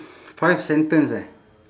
five sentence eh